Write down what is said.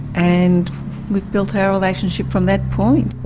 and we've built our relationship from that point.